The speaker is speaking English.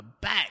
back